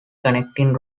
connecting